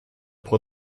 pro